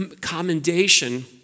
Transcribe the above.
commendation